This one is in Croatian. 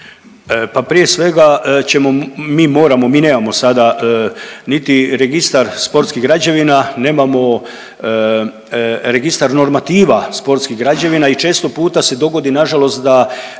Pa prije svega ćemo mi moramo, mi nemamo niti registar sportskih građevina, nemamo registar normativa sportskih građevina i često puta se dogodi nažalost da